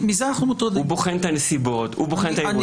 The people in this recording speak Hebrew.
הוא בוחן את הנסיבות, הוא בוחן את האירועים.